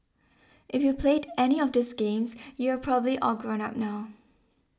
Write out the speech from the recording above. if you played any of these games you are probably all grown up now